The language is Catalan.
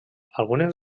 algunes